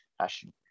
passion